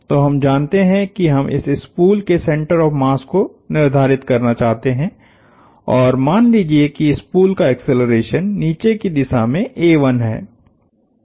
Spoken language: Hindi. तो हम जानते हैं कि हम इस स्पूल के सेंटर ऑफ़ मास को निर्धारित करना चाहते हैं और मान लीजिये कि स्पूल का एक्सेलरेशन नीचे की दिशा में है